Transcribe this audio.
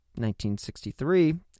1963